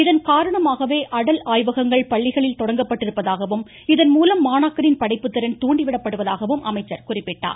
இதன்காரணமாகவே அடல் ஆய்வகங்கள் பள்ளிகளில் தொடங்கப்பட்டிருப்பதாகவும் இதன்மூலம் மாணாக்கரின் படைப்புத்திறன் தூண்டிவிடப்படுவதாகவும் அமைச்சர் குறிப்பிட்டார்